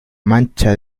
mancha